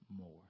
more